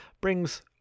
brings